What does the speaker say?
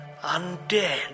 undead